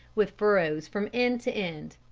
with furrows from end to end.